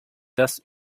das